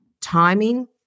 timing